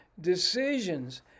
decisions